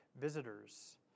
visitors